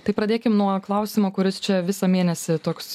tai pradėkim nuo klausimo kuris čia visą mėnesį toks